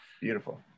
Beautiful